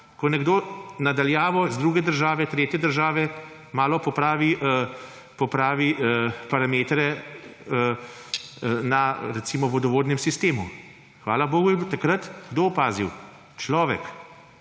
ko nekdo na daljavo iz druge države, tretje države malo popravi parametre na, recimo, vodovodnem sistemu. Hvala bogu je takrat ‒ kdo opazil? Človek.